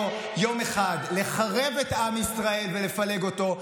יום אחד לחרב את עם ישראל ולפלג אותו,